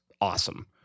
awesome